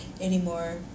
Anymore